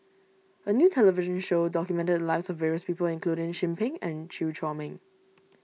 a new television show documented the lives of various people including Chin Peng and Chew Chor Meng